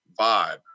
vibe